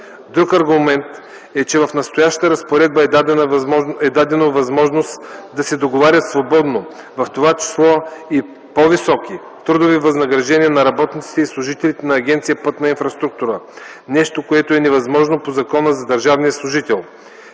Друг аргумент e, че в настоящата разпоредба е дадена възможност да се договарят свободно, в това число и по-високи, трудови възнаграждения на работниците и служителите на Агенция “Пътна инфраструктура” – нещо, което е невъзможно по Закона за държавния служител.